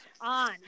on